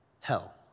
hell